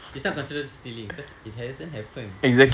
it's not considered stealing cause it hasn't happened